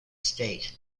state